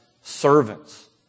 servants